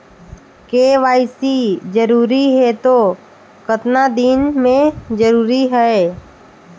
KYC जरूरी हे तो कतना दिन मे जरूरी है?